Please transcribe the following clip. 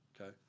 okay